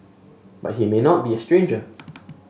but he may not be a stranger